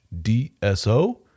DSO